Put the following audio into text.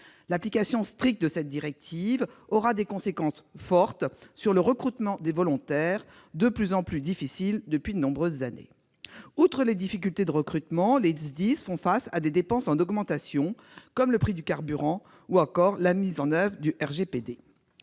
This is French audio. L'application stricte de cette directive aura des conséquences importantes sur le recrutement des volontaires, de plus en plus difficile depuis de nombreuses années. Outre les problématiques de recrutement, les SDIS font face à des dépenses en augmentation, comme le prix du carburant ou encore celles qui sont